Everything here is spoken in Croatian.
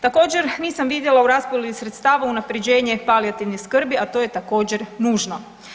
Također nisam vidjela u raspodjeli sredstava unapređenje palijativne skrbi, a to je također nužno.